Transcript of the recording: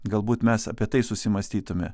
galbūt mes apie tai susimąstytume